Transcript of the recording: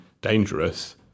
dangerous